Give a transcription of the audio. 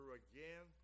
again